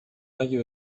اگر